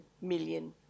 million